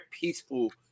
peaceful